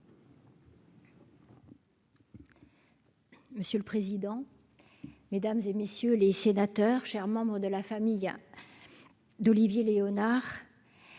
Monsieur le président, Mesdames et messieurs les sénateurs, cher, membre de la famille d'Olivier Léonard